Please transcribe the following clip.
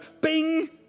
bing